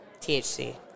THC